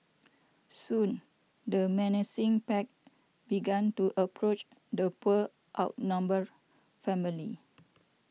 soon the menacing pack began to approach the poor outnumbered family